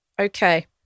Okay